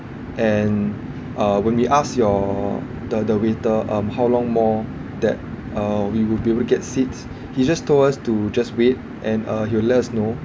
and uh when we ask your the the waiter um how long more that uh we will be able to get seats he just told us to just wait and uh he'll let us know